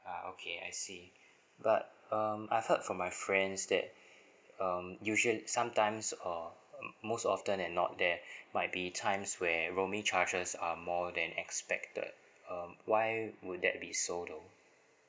ah okay I see but um I heard from my friends that um usually sometimes uh m~ most often and not there might be times where roaming charges are more than expected um why would that be so though